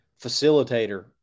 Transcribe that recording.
facilitator